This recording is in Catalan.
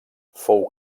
fou